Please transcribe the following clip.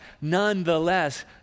nonetheless